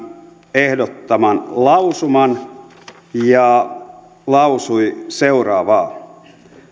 ehdottaman lausuman ja lausui seuraavaa